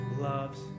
loves